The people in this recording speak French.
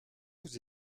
vous